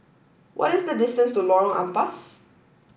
what is the distance to Lorong Ampas